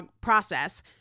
process